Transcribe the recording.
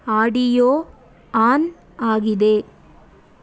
audio on ಆಗಿದೆ